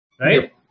Right